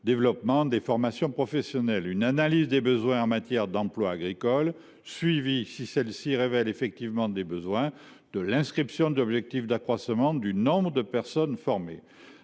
et de l’orientation professionnelles (CPRDFOP) une analyse des besoins en matière d’emplois agricoles, suivie, si celle ci révèle effectivement des besoins, de l’inscription d’objectifs d’accroissement du nombre de personnes formées.